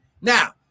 now